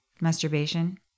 masturbation